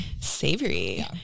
savory